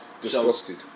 disgusted